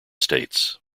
states